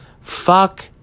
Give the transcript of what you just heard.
Fuck